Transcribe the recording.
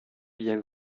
bien